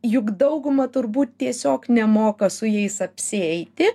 juk dauguma turbūt tiesiog nemoka su jais apsieiti